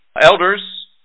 elders